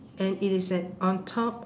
and it is at on top